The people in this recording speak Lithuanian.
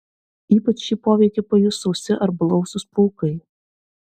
ypač šį poveikį pajus sausi ar blausūs plaukai